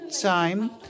time